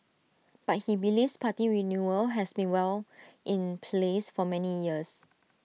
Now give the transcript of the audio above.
but he believes party renewal has been well in place for many years